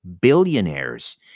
billionaires